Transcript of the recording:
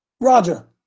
Roger